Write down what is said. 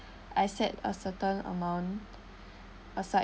I set a certain amount aside